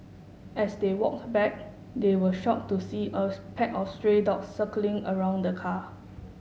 as they walked back they were shock to see a pack of stray dogs circling around the car